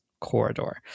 corridor